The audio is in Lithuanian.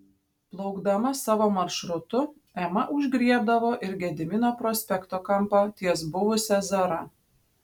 plaukdama savo maršrutu ema užgriebdavo ir gedimino prospekto kampą ties buvusia zara